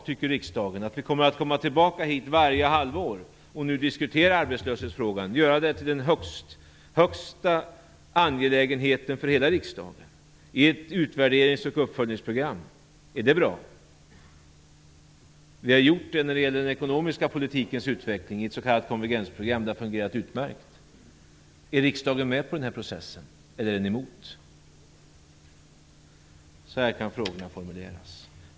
Tycker riksdagen att det är bra att vi återkommer hit varje halvår för att diskutera arbetslöshetsfrågan och att den görs till den största angelägenheten för hela riksdagen i ett utvärderings och uppföljningsprogram? Är det bra? Vi har gjort detta när det gäller den ekonomiska politikens utveckling i ett s.k. konvergensprogram, och det har fungerat utmärkt. Är riksdagen med på denna process, eller är den emot? Så kan frågorna formuleras.